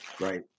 right